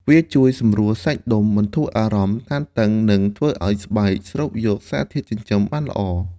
វាជួយសម្រួលសាច់ដុំ បន្ធូរអារម្មណ៍តានតឹង និងធ្វើឲ្យស្បែកស្រូបយកសារធាតុចិញ្ចឹមបានល្អ។